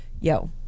Yo